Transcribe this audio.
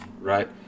right